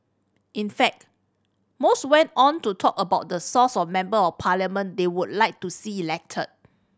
in fact most went on to talk about the source of Member of Parliament they would like to see elected